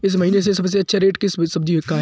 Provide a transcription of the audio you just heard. इस महीने सबसे अच्छा रेट किस सब्जी का है?